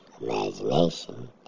imagination